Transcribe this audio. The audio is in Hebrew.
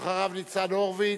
ואחריו, ניצן הורוביץ,